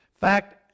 fact